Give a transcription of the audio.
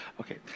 Okay